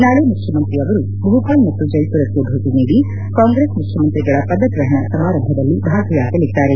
ನಾಳೆ ಮುಖ್ಯಮಂತ್ರಿ ಆವರು ಭೂಪಾಲ್ ಮತ್ತು ಜೈಮರಕ್ಷೆ ಭೇಟಿ ನೀಡಿ ಕಾಂಗ್ರೆಸ್ ಮುಖ್ಯಮಂತ್ರಿಗಳ ಪದಗ್ರಪಣ ಸಮಾರಂಭದಲ್ಲಿ ಭಾಗಿಯಾಗಲಿದ್ದಾರೆ